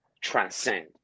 transcend